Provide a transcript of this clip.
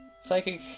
Psychic